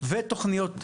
ותוכניות תעסוקתיות,